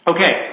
Okay